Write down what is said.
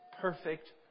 perfect